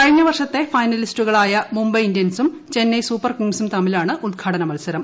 കഴിഞ്ഞ വർഷത്തെ ഫൈനലിസ്റ്റുകളായ മുംബൈ ഇന്ത്യൻസും ചെന്നൈ സൂപ്പർ കിംഗ്സും തമ്മിലാണ് ഉദ്ഘാടന മത്സരം